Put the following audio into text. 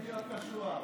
תפסיק להיות קשוח.